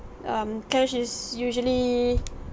um cash is usually